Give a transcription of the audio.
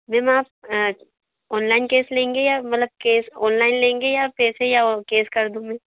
ma'am आप online cash लेंगे या मतलब कैस ऑनलाइन लेंगे या पैसे या कैस कर दूँ मैं